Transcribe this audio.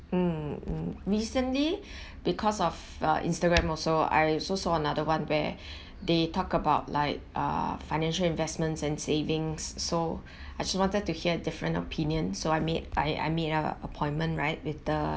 mm mm recently because of uh instagram also I also saw another one where they talk about like uh financial investments and savings so actually wanted to hear different opinion so I made I I made a appointment right with the